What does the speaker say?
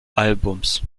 albums